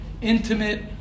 intimate